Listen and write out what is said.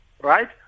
right